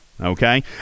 Okay